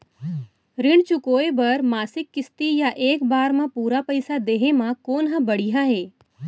ऋण चुकोय बर मासिक किस्ती या एक बार म पूरा पइसा देहे म कोन ह बढ़िया हे?